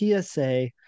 PSA